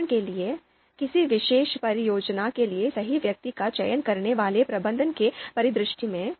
उदाहरण के लिए किसी विशेष परियोजना के लिए सही व्यक्ति का चयन करने वाले प्रबंधक के परिदृश्य में